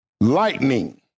lightning